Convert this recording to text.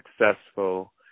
successful